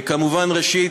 כמובן, ראשית,